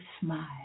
smile